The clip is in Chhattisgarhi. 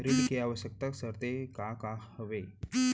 ऋण के आवश्यक शर्तें का का हवे?